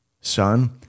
son